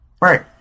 Right